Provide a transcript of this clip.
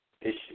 issue